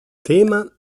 tema